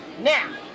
Now